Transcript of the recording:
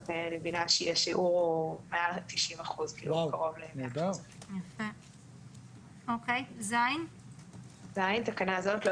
אז אני מבינה שיש שיעור שהוא מעל 90%. (ז)תקנה זאת לא